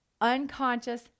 unconscious